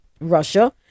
Russia